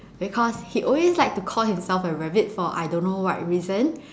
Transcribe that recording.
because he always like to himself a rabbit for I don't know what reason